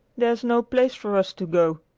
there's no place for us to go